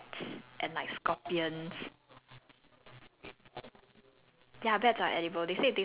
you know there's like those like people who would eat like very adventurous things like bats and like scorpions